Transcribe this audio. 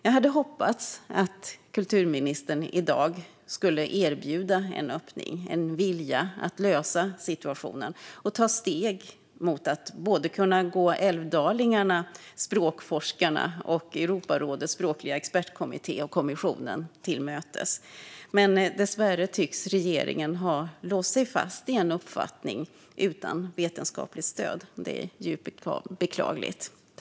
Jag hade hoppats att kulturministern i dag skulle erbjuda en öppning, en vilja att lösa situationen och ta steg mot att kunna gå både älvdalingarna, språkforskarna, Europarådets språkliga expertkommitté och kommissionen till mötes. Dessvärre tycks regeringen ha låst fast sig i en uppfattning utan vetenskapligt stöd. Detta är djupt beklagligt.